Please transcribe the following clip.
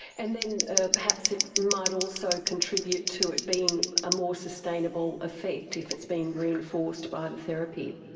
and then ah perhaps it might also contribute to it being a more sustainable effect if it's being reinforced by the therapy.